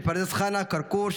מפרדס חנה כרכור,